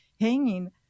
hanging